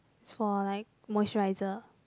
is for like moisturiser